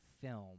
film